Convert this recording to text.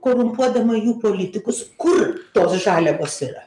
korumpuodama jų politikus kur tos žaliavos yra